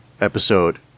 episode